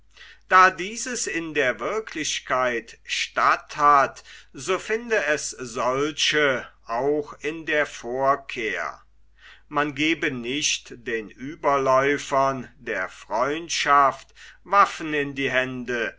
da dieses in der wirklichkeit statt hat so finde es solche auch in der vorkehr man gebe nicht den ueberläufern der freundschaft waffen in die hände